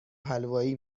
حلوایی